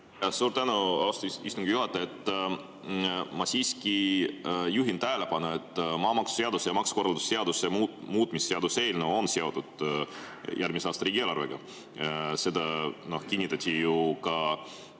Suur tänu, austatud istungi juhataja! Ma siiski juhin tähelepanu, et maamaksuseaduse ja maksukorralduse seaduse muutmise seaduse eelnõu on seotud järgmise aasta riigieelarvega. Seda kinnitati ju ka